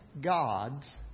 God's